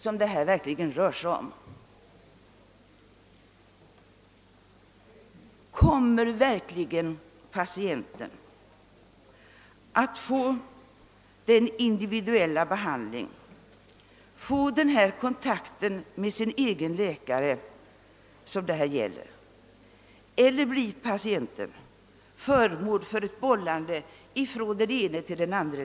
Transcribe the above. Kommer patienten verkligen att få en individuell behandling och kontakt med sin egen läkare, eiler kommer patienten att bollas från den ene läkaren till den andre?